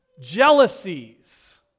jealousies